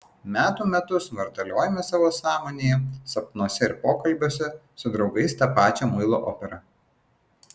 metų metus vartaliojame savo sąmonėje sapnuose ir pokalbiuose su draugais tą pačią muilo operą